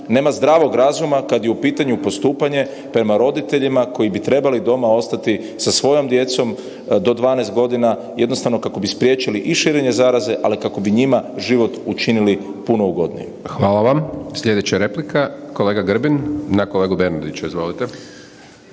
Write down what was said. nema zdravog razuma kada je u pitanju postupanje prema roditeljima koji bi trebali doma ostati sa svojom djecom do 12 godina kako bi spriječili i širenje zaraze, ali kako bi njima život učinili puno ugodnijim. **Hajdaš Dončić, Siniša (SDP)** Hvala vam. Sljedeća replika kolega Grbin na kolegu Bernardića. Izvolite.